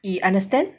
you understand